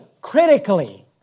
critically